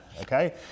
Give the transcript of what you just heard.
okay